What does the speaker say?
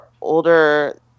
older